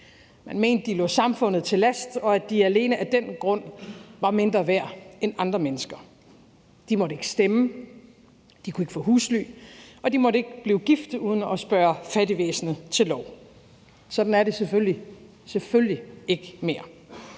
Man mente, de lå samfundet til last, og at de alene af den grund var mindre værd end andre mennesker. De måtte ikke stemme, de kunne ikke få husly, og de måtte ikke blive gift uden at spørge fattigvæsenet om lov. Sådan er det selvfølgelig –